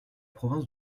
province